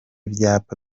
byapa